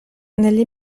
negli